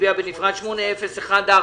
מצביעים על פנייה 8014,